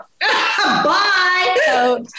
bye